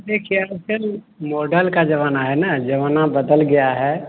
देखिए आज कल मॉडल का ज़माना है न ज़माना बदल गया है